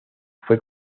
fue